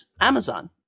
Amazon